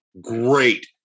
Great